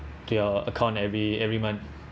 to your account every every month